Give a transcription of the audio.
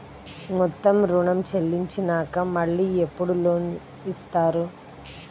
మొత్తం ఋణం చెల్లించినాక మళ్ళీ ఎప్పుడు లోన్ ఇస్తారు?